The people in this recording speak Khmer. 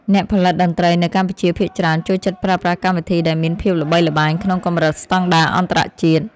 អ្នកផលិតតន្ត្រីនៅកម្ពុជាភាគច្រើនចូលចិត្តប្រើប្រាស់កម្មវិធីដែលមានភាពល្បីល្បាញក្នុងកម្រិតស្ដង់ដារអន្តរជាតិ។